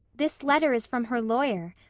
this letter is from her lawyer.